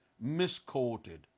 misquoted